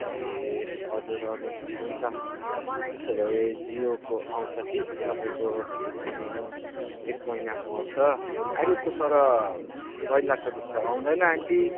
ए हजुर हजुर हुन्छ त्यसो भए जियोको आउँछ कि तपाईँको एक महिनाको आउँछ अहिले त तर पहिलाको जस्तो आउँदैन आन्टी